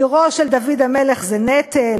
עירו של דוד המלך זה נטל.